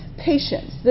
Patience